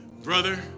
Brother